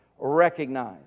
recognize